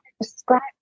describe